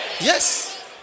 Yes